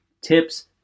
tips